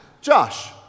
Josh